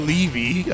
Levy